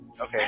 Okay